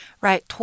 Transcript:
Right